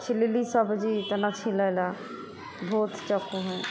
छिलली सब्जी तऽ नहि छिलैलए भोथ चक्कू हइ